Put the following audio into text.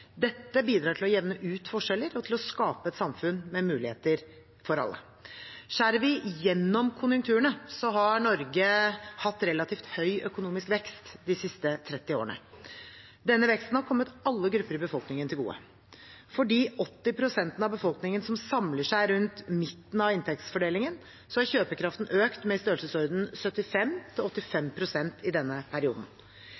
Dette bidrar til å jevne ut forskjeller og til å skape et samfunn med muligheter for alle. Skjærer vi gjennom konjunkturene, har Norge hatt relativt høy økonomisk vekst de siste 30 årene. Denne veksten har kommet alle grupper i befolkningen til gode. For de 80 pst. av befolkningen som samler seg rundt midten av inntektsfordelingen, har kjøpekraften økt med i størrelsesorden 75 pst. til